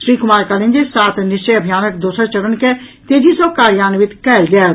श्री कुमार कहलनि जे सात निश्चय अभियानक दोसर चरण के तेजी सॅ कार्यान्वित कयल जायत